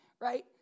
right